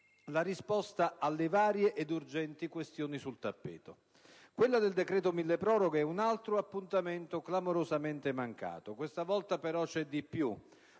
la risposta alle varie ed urgenti questioni sul tappeto. Quello del decreto milleproroghe è un altro appuntamento clamorosamente mancato. Questa volta però c'è di più,